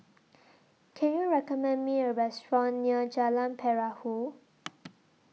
Can YOU recommend Me A Restaurant near Jalan Perahu